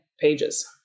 pages